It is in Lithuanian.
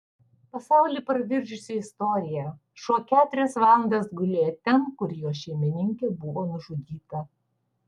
pasaulį pravirkdžiusi istorija šuo keturias valandas gulėjo ten kur jo šeimininkė buvo nužudyta